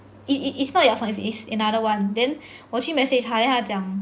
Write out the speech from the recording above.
it it it's not Yakson it's another [one] then 我去 message 他 then 他讲